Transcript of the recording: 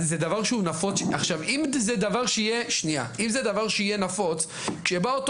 אם זה דבר שיהיה נפוץ, כשבא אותו